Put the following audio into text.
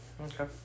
Okay